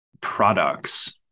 products